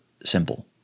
simple